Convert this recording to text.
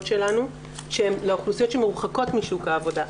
שלנו שהן לאוכלוסיות שמורחקות משוק העבודה,